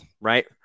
right